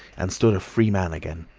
and stood a free man again,